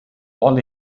all